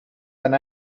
and